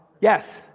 Yes